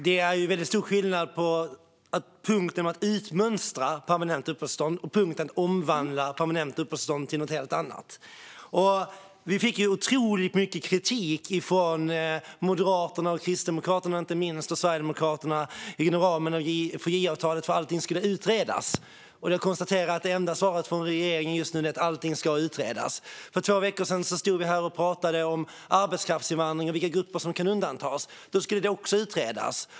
Herr talman! Det är väldigt stor skillnad på att utmönstra permanenta uppehållstillstånd och att omvandla permanenta uppehållstillstånd till något helt annat. Vi fick i samband med januariavtalet otroligt mycket kritik från Moderaterna, Kristdemokraterna och Sverigedemokraterna för att allt skulle utredas. Men jag konstaterar att det enda svaret från regeringen just nu är att allting ska utredas. För två veckor sedan stod vi här och pratade om arbetskraftsinvandring och vilka grupper som kan undantas. Då skulle det också utredas.